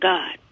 God